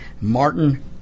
Martin